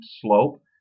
slope